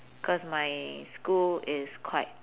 cause my school is quite